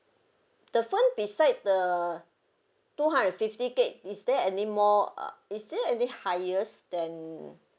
the phone beside the two hundred and fifty gig is there any more uh is there any highest than